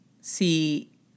si